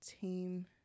team